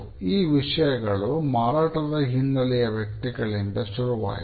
ಈ ವಿಷಯಗಳು ಮಾರಾಟದ ಹಿನ್ನಲೆಯ ವ್ಯಕ್ತಿಗಳಿಂದ ಶುರುವಾಯಿತು